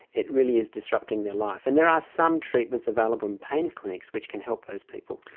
it really is disrupting their life. and there are some treatments available in pain clinics which can help those people.